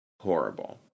horrible